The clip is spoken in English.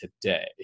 today